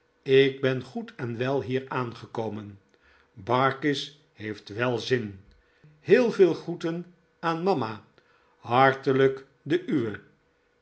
ik ben goed en wel hier aangekomen barkis heeft wel zin heel veel groeten aan mama hartelijk de uwe